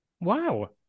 Wow